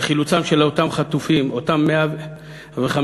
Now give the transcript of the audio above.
לחילוצם של אותם חטופים, אותם 105 חטופים.